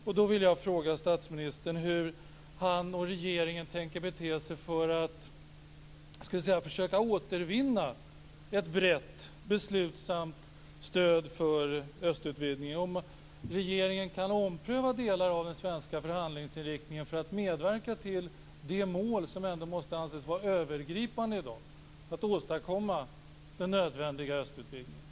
Därför vill jag fråga hur statsministern och regeringen tänker bete sig för att, kan man säga, försöka återvinna ett brett beslutsamt stöd för östutvidgningen, om regeringen kan ompröva delar av den svenska förhandlingsinriktningen för att medverka till de mål som ändå måste anses vara övergripande i dag för att åstadkomma den nödvändiga östutvidgningen.